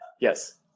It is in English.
Yes